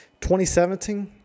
2017